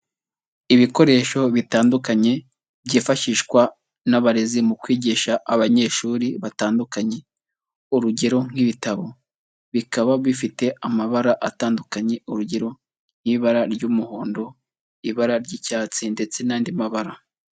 Ibikoresho bitandukanye byifashishwa n'abarezi mu kwigisha abanyeshuri batandukanye, urugero nk'ibitabo bikaba bifite amabara atandukanye, urugero nk'ibara ry'umuhondo, ibara ry'icyatsi ndetse n'andi mabara.